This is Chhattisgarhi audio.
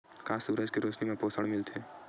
का सूरज के रोशनी म पोषण मिलथे?